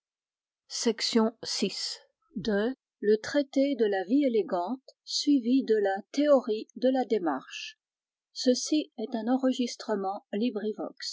la théorie de la démarche traité de la vie élégante suivi de la théorie de la démarche table of contents pages